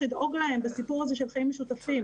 לדאוג להם בסיפור הזה של חיים משותפים.